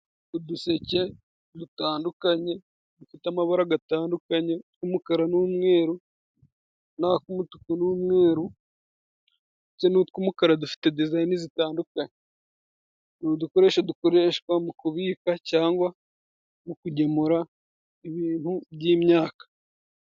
Uduseke dutandukanye dufite amabaraga atandukanye y'umukara n'umweru n'ak'umutuku n'umweru ndetse n'utw'umukara dufite dizayine zitandukanye. Ni udukoresho dukoreshwa mu kubika cyangwa mu kugemura ibintu by'imyaka.